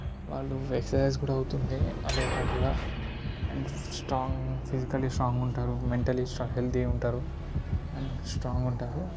వాళ్ళు ఎక్స్సైజెస్ కూడా అవుతుంది అదే పాటిగా స్ట్రాంగు ఫిజికలి స్ట్రాంగ్ ఉంటారు మెంటలి స్ట్రా హెల్దీ గుంటారు అండ్ స్ట్రాంగ్ ఉంటారు